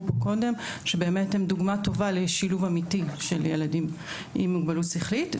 פה קודם שהם דוגמה טובה לשילוב אמיתי של ילדים עם מוגבלות שכלית.